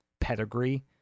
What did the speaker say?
pedigree